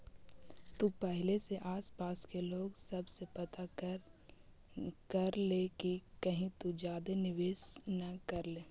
तु पहिले आसपास के लोग सब से पता कर ले कि कहीं तु ज्यादे निवेश न कर ले